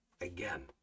again